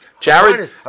jared